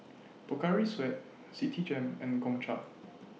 Pocari Sweat Citigem and Gongcha